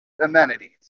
amenities